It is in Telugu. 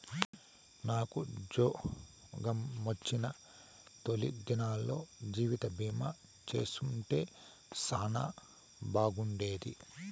నాకుజ్జోగమొచ్చిన తొలి దినాల్లో జీవితబీమా చేసుంటే సానా బాగుండేది